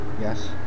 Yes